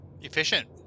efficient